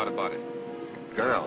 out about it girl